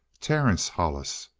terence hollis.